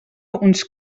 uns